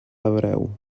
hebreu